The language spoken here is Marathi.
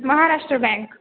महाराष्ट्र बँक